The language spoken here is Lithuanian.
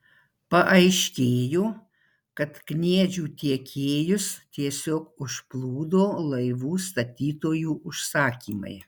paaiškėjo kad kniedžių tiekėjus tiesiog užplūdo laivų statytojų užsakymai